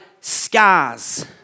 scars